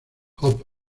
hope